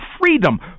freedom